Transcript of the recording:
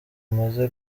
amaze